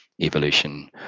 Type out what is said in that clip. evolution